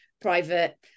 private